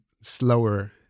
slower